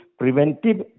preventive